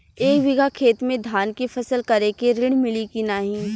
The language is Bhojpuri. एक बिघा खेत मे धान के फसल करे के ऋण मिली की नाही?